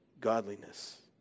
Godliness